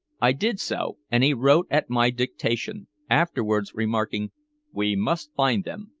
i did so, and he wrote at my dictation, afterwards remarking we must find them.